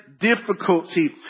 difficulty